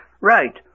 Right